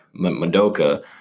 Madoka